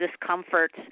discomforts